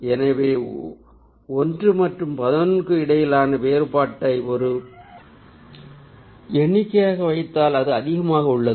எனவே 1 மற்றும் 11 க்கு இடையேயான வேறுபாட்டை ஒரு எண்ணிக்கையாக வைத்தால் அது அதிகமாக உள்ளது